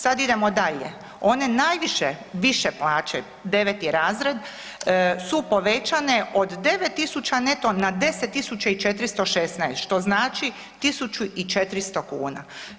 Sad idemo dalje, one najviše, više plaće, 9. razred su povećane od 9 000 neto na 10 416, što znači 1400 kuna.